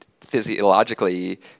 physiologically